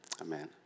Amen